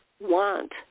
want